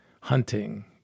hunting